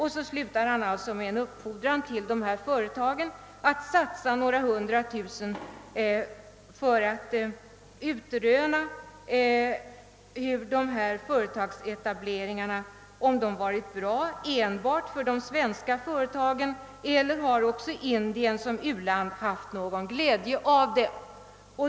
Han slutar med en uppfordran till de här företagen att satsa några hundratusen för att utröna om företagsetableringarna varit bra enbart för de svenska företagen eller om också Indien som u-land haft någon glädje av dem.